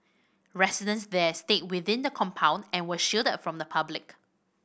residents there stayed within the compound and were shielded from the public